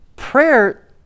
Prayer